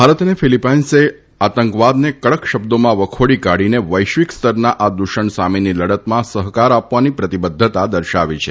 ભારત અને ફિલીપાઇન્સે આતંકવાદને કડક શબ્દોમાં વખોડી કાઢીને વૈશ્વિક સ્તરના આ દુષણ સામેની લડતમાં સહકાર આપવાની પ્રતિબધ્ધતા દર્શાવી છે